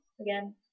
again